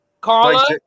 Carla